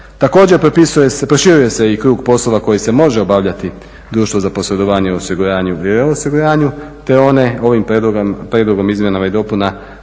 se, proširuje se i krug poslova koji se može obavljati, društvo za posredovanje u osiguranju i E osiguranju te one, ovim prijedlogom izmjena i dopuna